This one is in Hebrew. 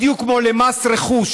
בדיוק כמו שלמס רכוש,